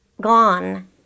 gone